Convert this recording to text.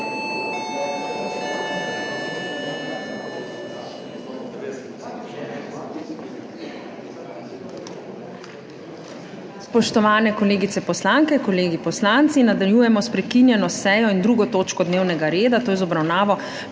Spoštovane kolegice poslanke, kolegi poslanci! Nadaljujemo s prekinjeno sejo in 2. točko dnevnega reda, to je z obravnavo